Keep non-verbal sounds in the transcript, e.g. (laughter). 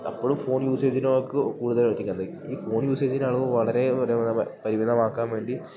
അപ്പളും ഫോൺ യൂസേജിനോക്ക് കൂടുതൽ (unintelligible) ഈ ഫോൺ യൂസേജിനാളവ് വളരെ പരിമിതമാക്കാൻ വേണ്ടി